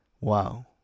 wow